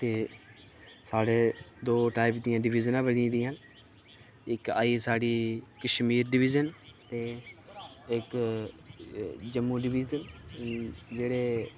ते स्हाड़े दो टाइप दियां डिविजनां बनी दियां न इक आई स्हाड़ी कश्मीर डिविजन ते इक जम्मू डिविजन जेह्ड़े